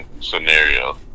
scenario